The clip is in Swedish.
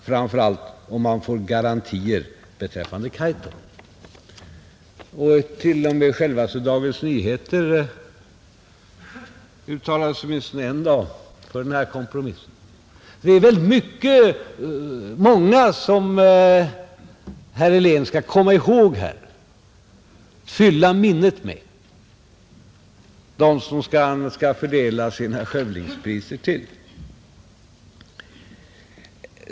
Framför allt om man får garantier beträffande Kaitum.” Och självaste Dagens Nyheter uttalade sig åtminstone en dag för den här kompromissen. Det är väldigt många som herr Helén skall komma ihåg här, fylla minnet med, när det gäller vilka han skall fördela sina skövlingspriser till.